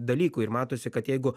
dalykų ir matosi kad jeigu